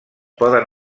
poden